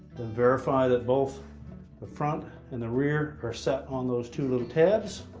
verify that both the front and the rear are set on those two little tabs